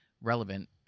relevant